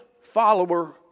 follower